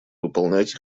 выполнять